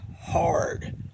hard